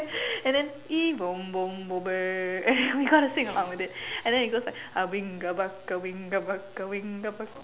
and then and then we got to sing along with it and then it goes like